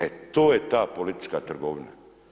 E to je ta politička trgovina.